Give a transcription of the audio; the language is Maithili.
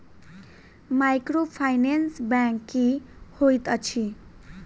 माइक्रोफाइनेंस बैंक की होइत अछि?